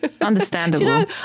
understandable